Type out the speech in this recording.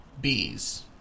bees